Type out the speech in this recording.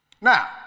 Now